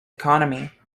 economy